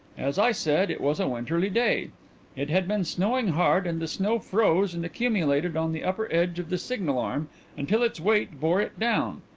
as i said, it was a winterly day it had been snowing hard and the snow froze and accumulated on the upper edge of the signal arm until its weight bore it down.